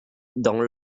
dans